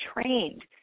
trained